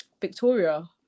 Victoria